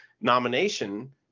nomination